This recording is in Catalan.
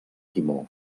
timó